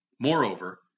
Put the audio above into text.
Moreover